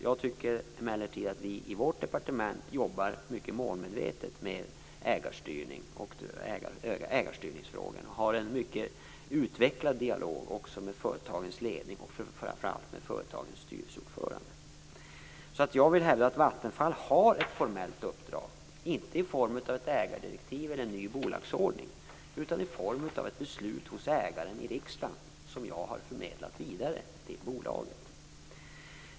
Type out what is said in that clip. Jag tycker emellertid att vi i vårt departement jobbar mycket målmedvetet med ägarstyrningsfrågorna. Vi har en mycket utvecklad dialog med företagens ledning och framför allt med företagens styrelseordföranden. Jag vill alltså hävda att Vattenfall har ett formellt uppdrag - inte i form av ett ägardirektiv eller en ny bolagsordning, utan i form av ett beslut hos ägaren i riksdagen som jag har förmedlat vidare till bolaget.